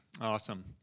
Awesome